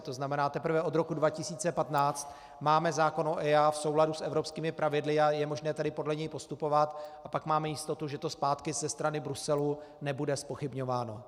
To znamená, teprve od roku 2015 máme zákon o EIA v souladu s evropskými pravidly a je možné podle něj postupovat a pak máme jistotu, že to zpátky ze strany Bruselu nebude zpochybňováno.